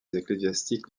ecclésiastiques